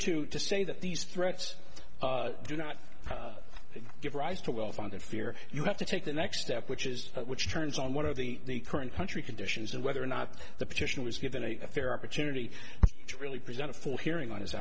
just say that these threats do not give rise to well founded fear you have to take the next step which is which turns on what are the current country conditions and whether or not the petition was given a fair opportunity to really present a full hearing on his